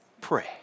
pray